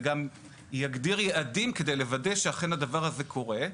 וגם יגדיר יעדים כדי לוודא שאכן הדבר הזה קורה,